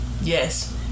Yes